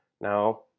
Now